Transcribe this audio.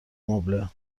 مبله